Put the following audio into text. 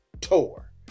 Tour